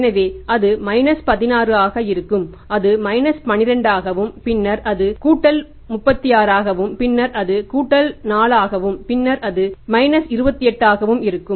எனவே அது 16 ஆக இருக்கும் அது 12 ஆகவும் பின்னர் அது 36 ஆகவும் பின்னர் அது 4 ஆகவும் பின்னர் அது 28 ஆகவும் இருக்கும்